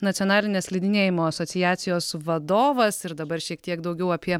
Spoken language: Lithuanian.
nacionalinės slidinėjimo asociacijos vadovas ir dabar šiek tiek daugiau apie